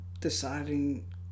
deciding